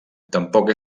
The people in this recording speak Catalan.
tampoc